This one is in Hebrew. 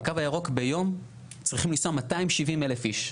בקו הירוק ביום צריכים לנסוע 270,000 איש.